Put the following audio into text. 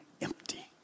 empty